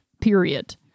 period